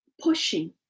pushing